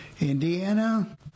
Indiana